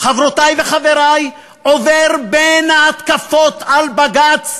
חברותי וחברי, עובר בין ההתקפות על בג"ץ